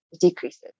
decreases